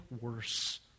worse